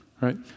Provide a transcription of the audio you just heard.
right